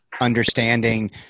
understanding